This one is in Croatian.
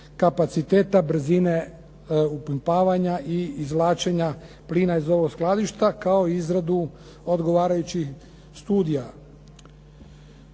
kapaciteta brzine upumpavanja i izvlačenja plina iz ovog skladišta, kao i izradu odgovarajućih studija.